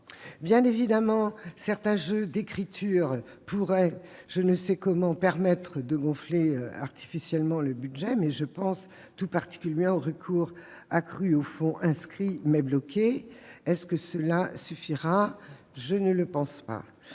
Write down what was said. Bien évidemment, certains jeux d'écriture pourraient permettre de gonfler artificiellement le budget. Je pense tout particulièrement au recours accru aux fonds inscrits, mais bloqués. Cela suffira-t-il ? Je ne le pense pas.